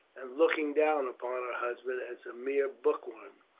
and looking down upon her husband as a mere bookworm.